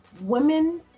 women